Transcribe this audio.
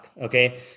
Okay